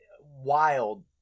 wild